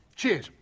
cheers.